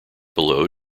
below